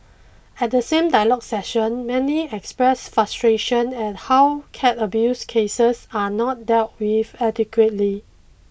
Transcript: at the same dialogue session many expressed frustration at how cat abuse cases are not dealt with adequately